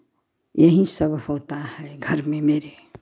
यही सब होता है घर में मेरे